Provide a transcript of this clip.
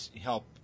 help